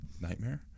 Nightmare